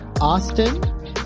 Austin